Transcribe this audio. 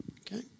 Okay